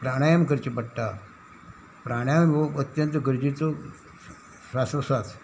प्राणायम करचे पडटा प्राणायम हो अत्यंत गरजेचो स्वाशोस्वास